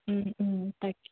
ও ও তাকে